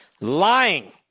lying